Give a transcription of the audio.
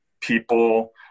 people